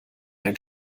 ein